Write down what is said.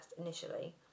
initially